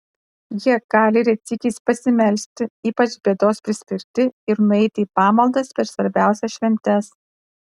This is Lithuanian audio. jie gali retsykiais pasimelsti ypač bėdos prispirti ir nueiti į pamaldas per svarbiausias šventes